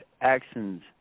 actions